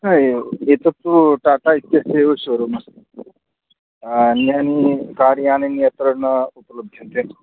ह एवम् एतत्तु टाटा इत्यस्य एव शोरूम् अस्ति अन्यानि कार्यानानि अत्र न उपलभ्यन्ते